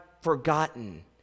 forgotten